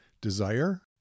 desire